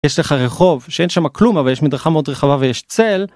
יש לך רחוב שאין שם כלום אבל יש מדרכה מאוד רחבה ויש צל.